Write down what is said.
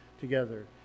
together